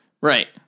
Right